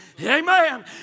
Amen